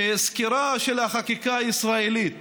סקירה של החקיקה הישראלית